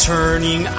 Turning